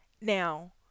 now